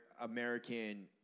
American